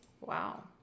Wow